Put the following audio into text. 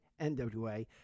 NWA